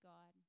God